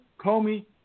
Comey